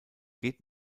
geht